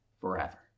forever